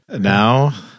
Now